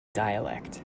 dialect